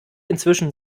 inzwischen